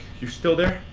you still there?